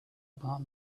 about